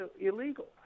illegal